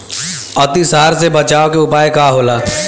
अतिसार से बचाव के उपाय का होला?